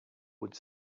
would